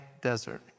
desert